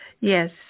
Yes